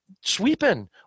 sweeping